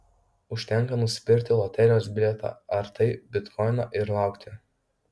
užtenka nusipirkti loterijos bilietą ar tai bitkoiną ir laukti